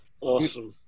awesome